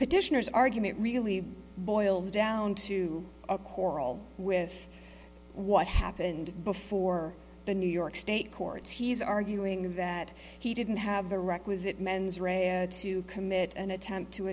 petitioners argument really boils down to a quarrel with what happened before the new york state courts he's arguing that he didn't have the requisite mens read to commit an attempt to